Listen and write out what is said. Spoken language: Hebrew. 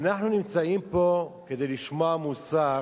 אנחנו נמצאים פה כדי לשמוע מוסר